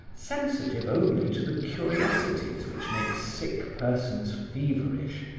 sensitive only to the curiosities which make sick persons feverish,